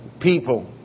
people